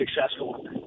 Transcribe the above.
successful